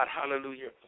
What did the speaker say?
hallelujah